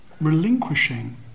relinquishing